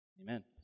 Amen